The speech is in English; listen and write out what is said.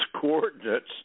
coordinates